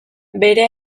bere